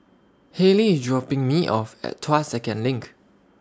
Halley IS dropping Me off At Tuas Second LINK